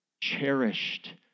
cherished